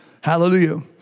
Hallelujah